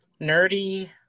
nerdy